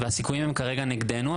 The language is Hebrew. והסיכויים הם כרגע נגדנו,